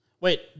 Wait